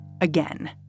again